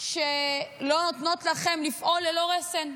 שלא נותנות לכם לפעול ללא רסן,